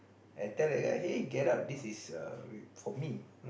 and tell that guy hey get up this is err for me